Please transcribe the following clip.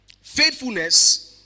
Faithfulness